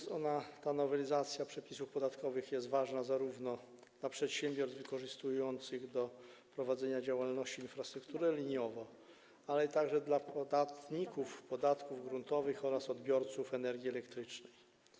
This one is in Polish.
Ta nowelizacja przepisów podatkowych jest ważna zarówno dla przedsiębiorstw wykorzystujących do prowadzenia działalności infrastrukturę liniową, jak również dla podatników podatków gruntowych oraz odbiorców energii elektrycznej.